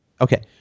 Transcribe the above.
Okay